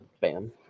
Bam